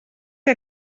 que